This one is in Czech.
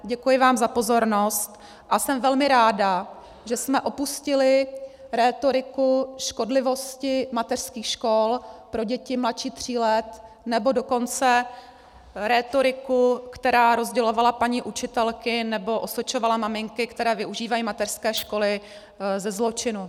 Děkuji vám za pozornost a jsem velmi ráda, že jsme opustili rétoriku škodlivosti mateřských škol pro děti mladší tří let, nebo dokonce rétoriku, která rozdělovala paní učitelky nebo osočovala maminky, které využívají mateřské školy, ze zločinu.